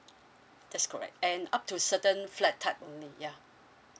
that's correct and up to certain flat type only ya